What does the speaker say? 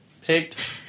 picked